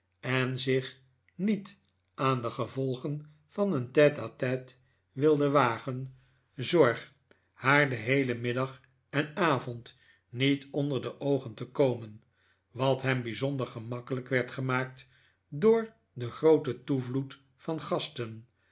en zich niet aan de gevolgen van een tete-a-tete wilde wagen zorg haar den heelen middag en avond niet onder de oogen te komen wat hem bijzonder gemakkelijk werd gemaakt door den grooten toevloed van gasten